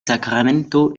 sacramento